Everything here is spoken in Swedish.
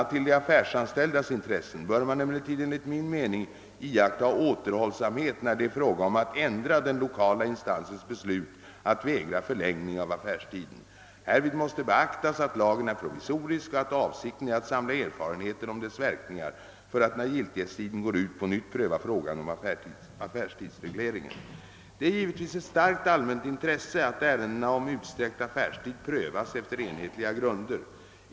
till de affärsanställdas intressen bör man emellertid enligt min mening iaktta återhållsamhet när det är fråga om att ändra den lokala instansens beslut att vägra förlängning av affärstiden. Härvid måste beaktas, att lagen är provisorisk och att avsikten är att samla erfarenheter om dess verkningar för att, när giltighetstiden går ut, på nytt pröva frågan om affärstidsregleringen. Det är givetvis ett starkt allmänt intresse att ärendena om utsträckt affärstid prövas efter enhetliga grunder.